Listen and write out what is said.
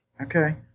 Okay